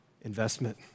investment